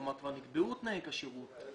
כלומר, כבר נקבעו תנאי כשירות.